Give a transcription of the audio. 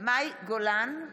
מאי גולן,